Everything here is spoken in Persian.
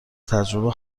تجربه